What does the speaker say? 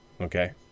okay